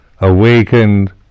awakened